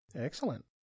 Excellent